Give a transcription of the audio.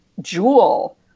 Jewel